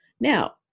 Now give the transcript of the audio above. Now